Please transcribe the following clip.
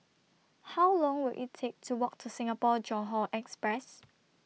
How Long Will IT Take to Walk to Singapore Johore Express